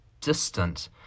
distant